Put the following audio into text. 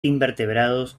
invertebrados